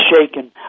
shaken